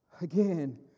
again